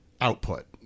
output